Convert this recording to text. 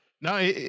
No